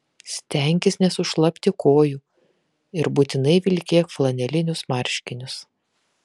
stenkis nesušlapti kojų ir būtinai vilkėk flanelinius marškinius